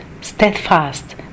steadfast